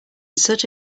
such